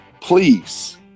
please